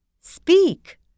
Speak